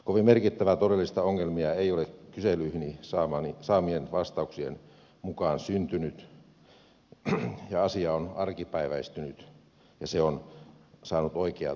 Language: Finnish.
kovin merkittävää todellista ongelmaa ei ole kyselyihini saamieni vastauksien mukaan syntynyt ja asia on arkipäiväistynyt ja se on saanut oikeat mittasuhteet